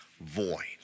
void